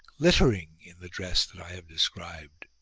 glittering in the dress that i have described.